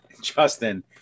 Justin